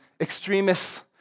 extremists